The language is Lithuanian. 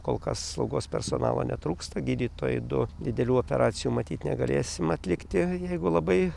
kol kas slaugos personalo netrūksta gydytojai du didelių operacijų matyt negalėsim atlikti jeigu labai